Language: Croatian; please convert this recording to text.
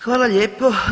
Hvala lijepo.